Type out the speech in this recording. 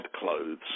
clothes